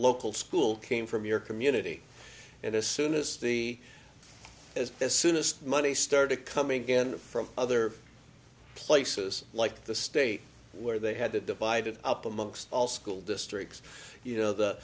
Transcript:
local school came from your community and as soon as the as soon as money started coming in from other places like the state where they had to divide it up amongst all school districts you know the